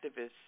activists